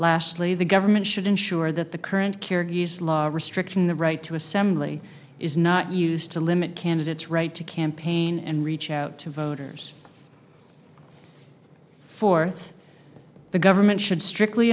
lastly the government should ensure that the current kirghiz law restricting the right to assembly is not used to limit candidates right to campaign and reach out to voters for the government should strictly